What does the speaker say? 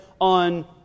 on